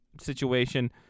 situation